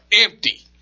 empty